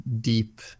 deep